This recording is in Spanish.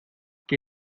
que